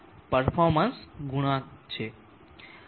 performance ગુણાંકછે